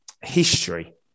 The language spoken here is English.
history